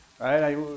right